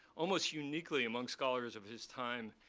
almost uniquely among scholars of his time,